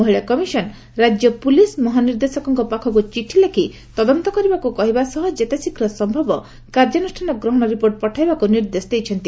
ମହିଳା କମିଶନ୍ ରାଜ୍ୟ ପୁଲିସ୍ ମହାନିର୍ଦ୍ଦେଶକଙ୍କ ପାଖକୁ ଚିଠି ଲେଖି ତଦନ୍ତ କରିବାକୁ କହିବା ସହ ଯେତେଶୀଘ୍ର ସମ୍ଭବ କାର୍ଯ୍ୟାନୁଷାନ ଗ୍ରହଣ ରିପୋର୍ଟ ପଠାଇବାକୁ ନିର୍ଦ୍ଦେଶ ଦେଇଛନ୍ତି